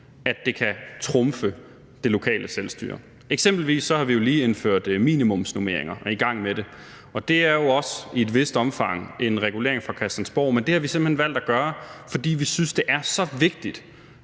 at det kan trumfe det lokale selvstyre. Eksempelvis har vi jo lige indført minimumsnormeringer og er i gang med det, og det er jo også i et vist omfang en regulering fra Christiansborg. Men det har vi simpelt hen valgt at gøre, fordi vi synes, det er så vigtigt,